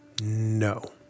No